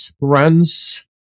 runs